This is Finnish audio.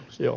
joo